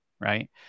right